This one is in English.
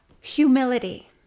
humility